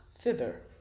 thither